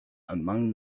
among